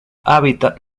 hábitat